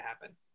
happen